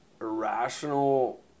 irrational